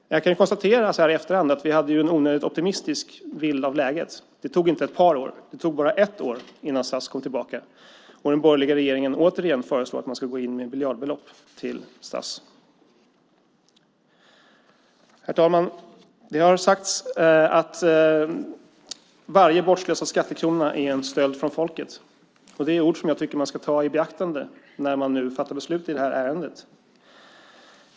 Så här i efterhand kan jag konstatera att vi hade en onödigt optimistisk bild av läget. Det tog inte ett par år, utan det tog bara ett år, innan SAS kom tillbaka och den borgerliga regeringen återigen föreslår att man ska gå in med miljardbelopp i SAS. Herr talman! Det har sagts att varje bortslösad skattekrona är en stöld från folket. Det är ord som jag tycker att man ska ta i beaktande när man nu fattar beslut i det här ärendet.